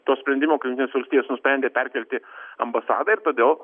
to sprendimo kai jungtinės valstijos nusprendė perkelti ambasadą ir todėl